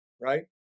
Right